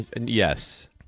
Yes